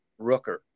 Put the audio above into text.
Rooker